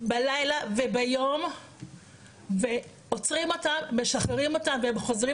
בלילה וביום ועוצרים אותם משחררים אותם והם חוזרים